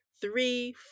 three